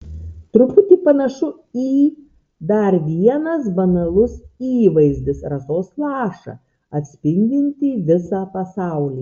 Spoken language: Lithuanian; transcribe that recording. truputį panašu į dar vienas banalus įvaizdis rasos lašą atspindintį visą pasaulį